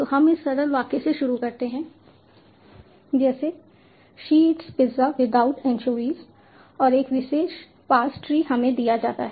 तो हम इस सरल वाक्य से शुरू करते हैं जैसे she eats pizza without anchovies और एक विशेष पार्स ट्री हमें दिया जाता है